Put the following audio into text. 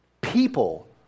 people